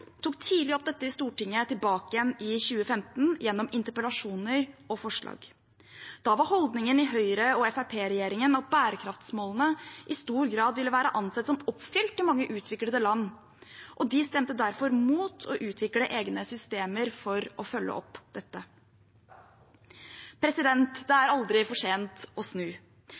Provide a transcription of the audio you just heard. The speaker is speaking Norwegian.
tok tidlig opp dette i Stortinget, tilbake i 2015, gjennom interpellasjoner og forslag. Da var holdningene i Høyre–Fremskrittsparti-regjeringen at bærekraftsmålene i stor grad ville være ansett som oppfylt i mange utviklede land, og de stemte derfor imot å utvikle egne systemer for å følge opp dette. Det er aldri for sent å snu,